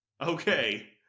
Okay